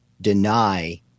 deny